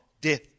death